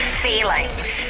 feelings